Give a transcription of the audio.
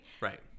right